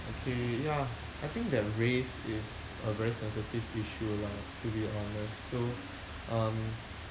okay ya I think that race is a very sensitive issue lah to be honest so um